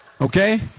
Okay